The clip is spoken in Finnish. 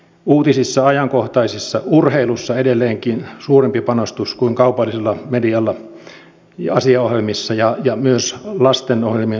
uutisissa ajankohtaisissa urheilussa on edelleenkin suurempi panostus kuin kaupallisella medialla ja asiaohjelmissa ja myös lastenohjelmien osalta